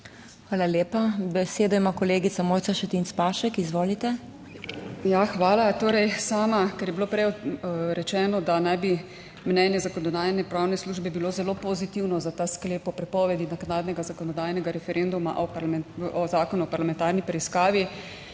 Hvala lepa. Besedo ima kolegica Mojca Šetinc Pašek. Izvolite. MOJCA ŠETINC PAŠEK (NeP): Hvala. Sama, ker je bilo prej rečeno, da naj bi mnenje Zakonodajno-pravne službe bilo zelo pozitivno za ta sklep o prepovedi naknadnega zakonodajnega referenduma o Zakonu o parlamentarni preiskavi,